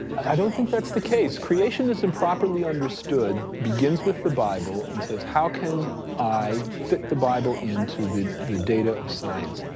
i don't think that's the case. creationism, properly understood, begins with the bible and says, how can i fit the bible into the the data of science?